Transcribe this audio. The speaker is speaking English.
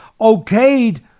okayed